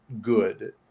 good